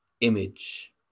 image